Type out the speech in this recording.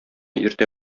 иртә